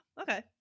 okay